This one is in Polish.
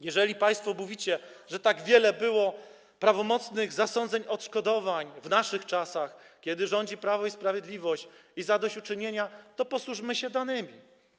Jeżeli państwo mówicie, że tak wiele było prawomocnych zasądzeń odszkodowań w naszych czasach, kiedy rządzi Prawo i Sprawiedliwość, i zadośćuczynień, to posłużmy się danymi.